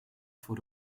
voor